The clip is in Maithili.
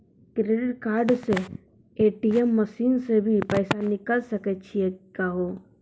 क्रेडिट कार्ड से ए.टी.एम मसीन से भी पैसा निकल सकै छि का हो?